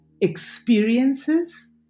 experiences